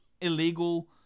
illegal